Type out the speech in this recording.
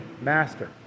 master